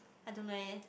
I don't know eh